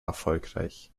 erfolgreich